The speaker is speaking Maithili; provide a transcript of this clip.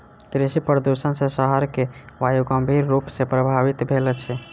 कृषि प्रदुषण सॅ शहर के वायु गंभीर रूप सॅ प्रभवित भेल अछि